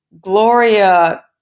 Gloria